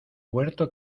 huerto